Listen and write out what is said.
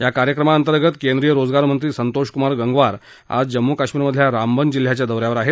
या कार्यक्रमाअंतर्गत केंद्रीय रोजगार मंत्री संतोषकुमार गंगवार आज जम्मू कश्मीरमधल्या रामबन जिल्ह्याच्या दौऱ्यावर आहेत